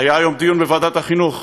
היה היום דיון בוועדת החינוך,